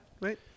right